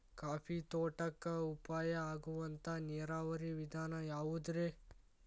Coffee ತೋಟಕ್ಕ ಉಪಾಯ ಆಗುವಂತ ನೇರಾವರಿ ವಿಧಾನ ಯಾವುದ್ರೇ?